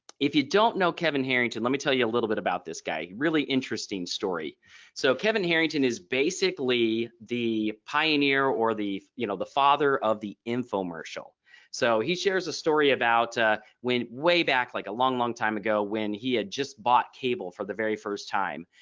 if you don't know kevin harrington let me tell you a little bit about this guy really interesting story so kevin harrington is basically the pioneer or the you know the father of the infomercial so he shares a story about ah when way back like a long, long time ago when he had just bought cable for the very first time.